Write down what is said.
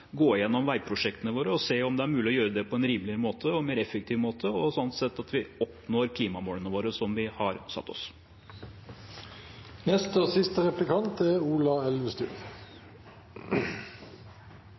gå gjennom veiprosjektene våre og se om det er mulig å gjøre det på en rimeligere og mer effektiv måte, og sånn sett at vi oppnår klimamålene vi har satt oss. Som vi har vært inne på flere ganger i dag, er